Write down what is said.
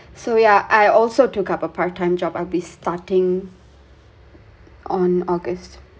so ya I also took up a part time job I'll be starting on august